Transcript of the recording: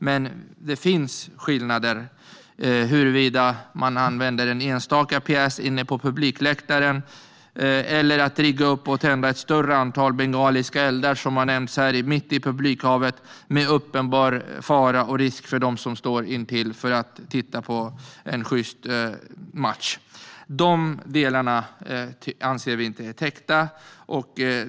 Men det finns skillnader i huruvida man använder en enstaka pjäs på publikläktaren eller om man riggar upp och tänder ett större antal bengaliska eldar, som har nämnts här, mitt i publikhavet med uppenbar fara och risk för dem som står intill för att titta på en sjyst match. De delarna anser vi inte är täckta.